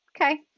Okay